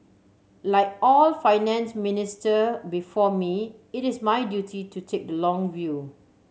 like all Finance Minister before me it is my duty to take the long view